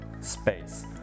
space